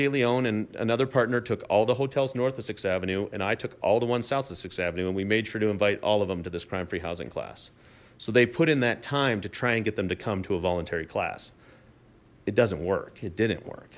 de lyonne and another partner took all the hotels north of six avenue and i took all the ones south of th avenue and we made sure to invite all of them to this crime free housing class so they put in that time to try and get them to come to a voluntary class it doesn't work it didn't work